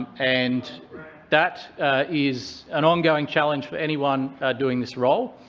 and that is an ongoing challenge for anyone doing this role.